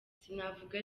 sinavuga